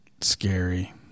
scary